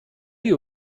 you